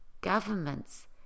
governments